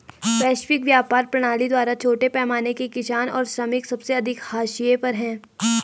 वैश्विक व्यापार प्रणाली द्वारा छोटे पैमाने के किसान और श्रमिक सबसे अधिक हाशिए पर हैं